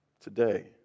Today